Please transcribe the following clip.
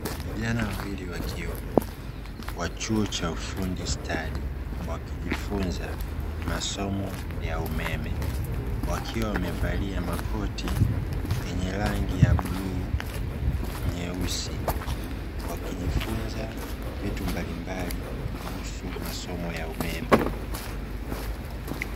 Vijana wawili wa kiume wa chuo cha ufundi stadi wakijifunza masomo ya umeme, wakiwa wamevalia makoti yenye rangi ya bluu nyeusi wakijifunza vitu mbalimbali kuhusu masomo ya umeme.